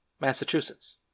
Massachusetts